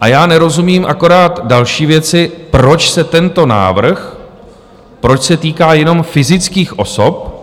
A já nerozumím akorát další věci, proč se tento návrh týká jenom fyzických osob,